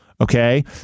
Okay